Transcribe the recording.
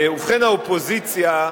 ובכן, האופוזיציה,